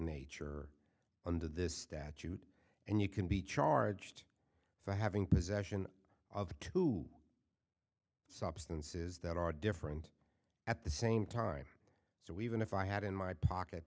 nature under this statute and you can be charged for having possession of two substances that are different at the same time so even if i had in my pocket